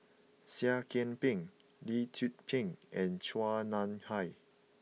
Seah Kian Peng Lee Tzu Pheng and Chua Nam Hai